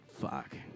fuck